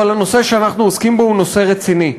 הנושא שאנחנו עוסקים בו הוא נושא רציני.